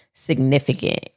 significant